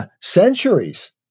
centuries